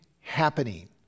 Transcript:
happening